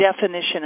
definition